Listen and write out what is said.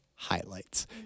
highlights